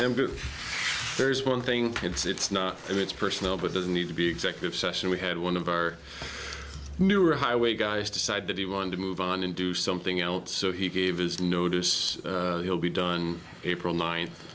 if there's one thing it's not it's personal but there's need to be executive session we had one of our newer highway guys decide that he wanted to move on and do something else so he gave his notice will be done april ninth